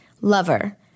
lover